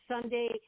Sunday